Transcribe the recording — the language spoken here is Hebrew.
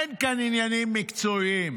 אין כאן עניינים מקצועיים,